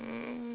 mm